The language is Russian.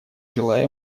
желаю